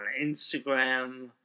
Instagram